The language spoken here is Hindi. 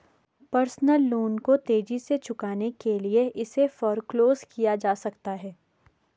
पर्सनल लोन को तेजी से चुकाने के लिए इसे फोरक्लोज किया जा सकता है